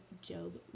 Job